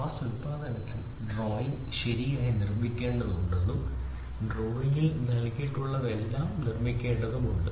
mass ഉൽപാദനത്തിൽ drawing ശരിയായി നിർമ്മിക്കേണ്ടതുണ്ടെന്നും ഡ്രോയിംഗിൽ നൽകിയിട്ടുള്ളതെല്ലാം നിർമ്മിക്കേണ്ടതുണ്ട്